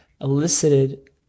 elicited